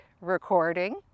recording